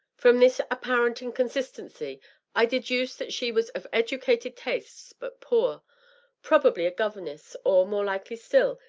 from this apparent inconsistency i deduced that she was of educated tastes, but poor probably a governess, or, more likely still,